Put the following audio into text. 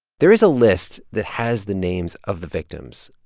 there is a list that has the names of the victims,